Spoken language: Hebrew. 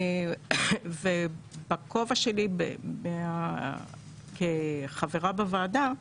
בכובע שלי כחברת הוועדה,